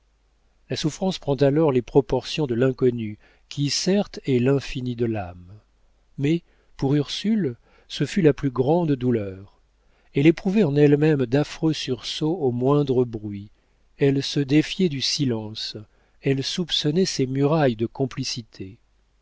la souffrance prend alors les proportions de l'inconnu qui certes est l'infini de l'âme mais pour ursule ce fut la plus grande douleur elle éprouvait en elle-même d'affreux sursauts au moindre bruit elle se défiait du silence elle soupçonnait ses murailles de complicité